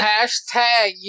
Hashtag